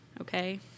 okay